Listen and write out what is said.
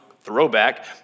throwback